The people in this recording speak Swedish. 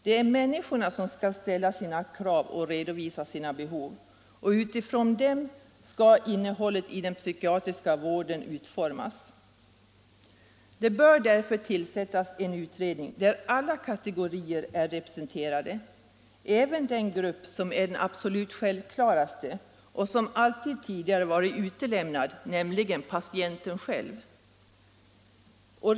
Det är människorna som skall ställa sina krav och redovisa sina behov, och utifrån detta skall innehållet i den psykiatriska vården utformas. Det bör därför tillsättas en utredning, där alla kategorier är representerade, även den grupp som är den absolut mest självklara och som tidigare alltid har varit utelämnad, nämligen patienterna själva.